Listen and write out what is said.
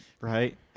right